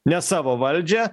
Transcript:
ne savo valdžią